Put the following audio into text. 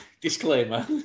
disclaimer